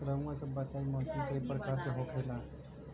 रउआ सभ बताई मौसम क प्रकार के होखेला?